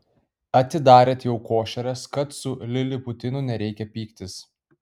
atidarėt jau košeres kad su liliputinu nereikia pyktis